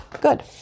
good